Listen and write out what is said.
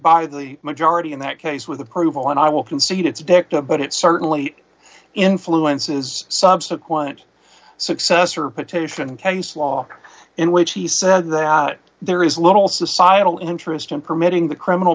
by the majority in that case with approval and i will concede it's dicta but it certainly influences subsequent successor petition case law in which he said that there is little societal interest in permitting the criminal